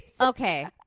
Okay